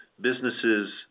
businesses